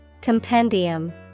Compendium